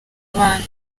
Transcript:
abana